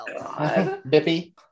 Bippy